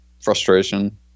frustration